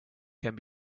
can